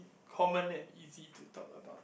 common and easy to talk about